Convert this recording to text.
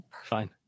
fine